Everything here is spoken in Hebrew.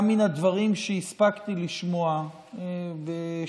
גם מן הדברים שהספקתי לשמוע בשבתי